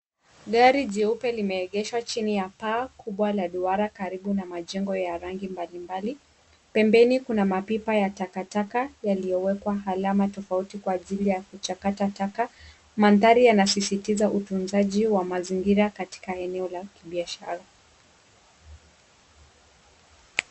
Gari jeupe limeegeshwa chini ya paa kubwa la duara karibu na majengo ya rangi mbalimbali. Pembeni kuna mapipa ya takataka yaliyowekwa alama tofauti kwa ajili ya kuchakata taka. Mandhari yanasisitiza utunzaji wa mazingira katika eneo la kibiashara.